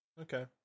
okay